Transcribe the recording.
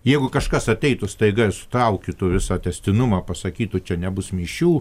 jeigu kažkas ateitų staiga ir sutraukytų visą tęstinumą pasakytų čia nebus mišių